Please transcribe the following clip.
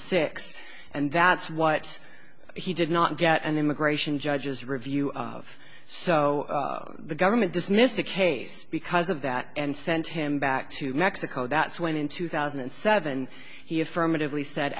six and that's what he did not get an immigration judges review of so the government dismissed the case because of that and sent him back to mexico that's when in two thousand and seven he affirmatively sa